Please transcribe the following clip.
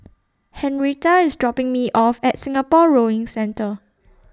Henretta IS dropping Me off At Singapore Rowing Centre